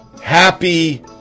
Happy